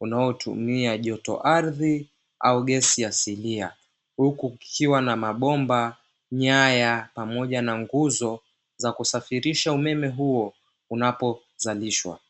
unaotumia joto ardhi au gesi asilia. Huku kikiwa na mabomba, nyaya, pamoja na nguzo za kusafirisha umeme huo unapozalishwa.